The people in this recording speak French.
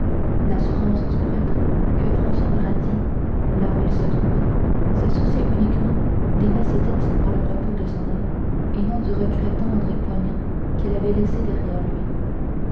l'assurance du prêtre que françois paradis là où il se trouvait se souciait uniquement des messes dites pour le repos de son âme et non du regret tendre et poignant qu'il avait laissé derrière lui